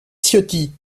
ciotti